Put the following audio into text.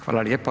Hvala lijepa.